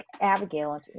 abigail